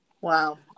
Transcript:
Wow